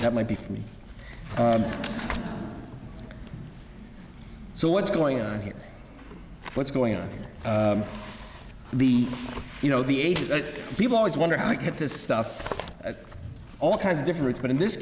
that might be for me so what's going on here what's going on here the you know the age that people always wonder how i get this stuff all kinds of different but in this